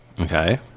Okay